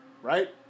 Right